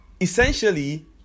essentially